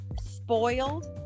spoiled